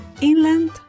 Inland